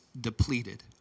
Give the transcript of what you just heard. depleted